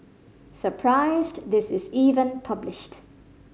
surprised this is even published